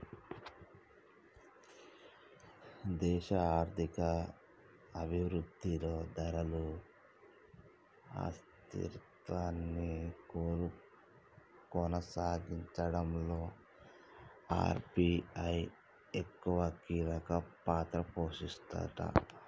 దేశ ఆర్థిక అభివృద్ధిలో ధరలు స్థిరత్వాన్ని కొనసాగించడంలో ఆర్.బి.ఐ ఎక్కువ కీలక పాత్ర పోషిస్తదట